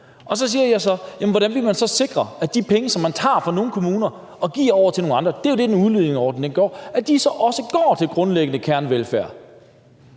Og så siger jeg: Jamen hvordan vil man så sikre, at de penge, som man tager fra nogle kommuner og giver til nogle andre – det er jo det, en udligningsordning går ud på – så også går til grundlæggende kernevelfærd?